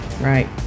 Right